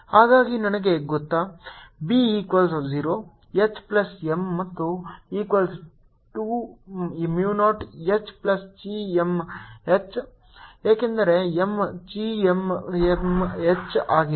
ಹಾಗಾಗಿ ನನಗೆ ಗೊತ್ತು B equals 0 H plus M ಮತ್ತು equals to Mu 0 H plus chi M H ಏಕೆಂದರೆ M chi M H ಆಗಿದೆ